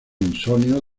insomnio